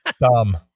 Dumb